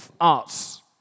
arts